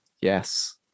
yes